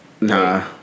Nah